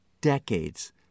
decades